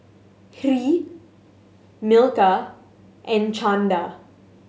Hri Milkha and Chanda